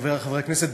חברי חברי הכנסת,